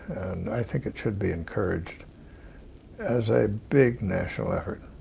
and i think it should be encouraged as a big national effort.